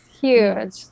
Huge